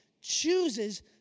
chooses